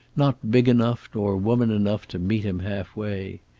not big enough nor woman enough to meet him half way.